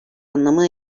anlamı